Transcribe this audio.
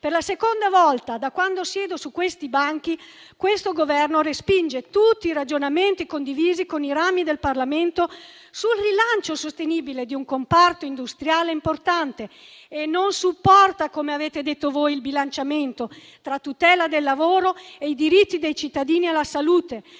Per la seconda volta da quando siedo su questi banchi, questo Governo respinge tutti i ragionamenti condivisi con i rami del Parlamento sul rilancio sostenibile di un comparto industriale importante e non supporta, come avete detto voi, il bilanciamento tra tutela del lavoro e i diritti dei cittadini alla salute,